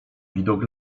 widok